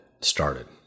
started